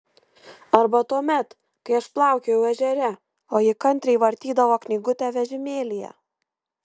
arba tuomet kai aš plaukiojau ežere o ji kantriai vartydavo knygutę vežimėlyje